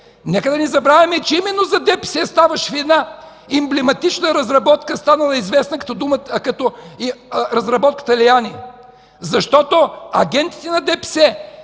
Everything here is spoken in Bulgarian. Нека не забравяме, че именно за ДПС ставаше една емблематична разработка, станала известна като разработката „Леани”, защото агентите на ДПС